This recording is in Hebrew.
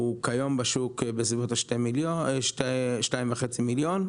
הוא כ-2.5 מיליון,